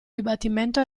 dibattimento